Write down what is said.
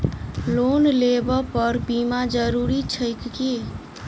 Loan लेबऽ पर बीमा जरूरी छैक की?